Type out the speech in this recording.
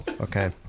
Okay